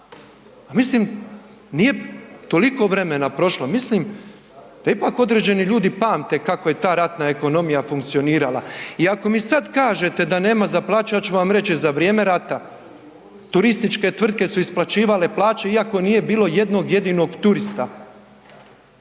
Mislim nije toliko vremena prošlo, mislim da ipak određeni ljudi pamte kako je ta ratna ekonomija funkcionirala i ako mi sad kažete da nema za plaću ja ću vam reći za vrijeme rata turističke tvrtke su isplaćivale plaću iako nije bilo jednog jedinog turista.